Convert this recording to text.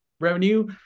revenue